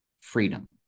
freedom